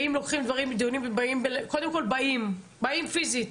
קודם כל באים פיזית,